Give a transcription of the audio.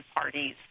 parties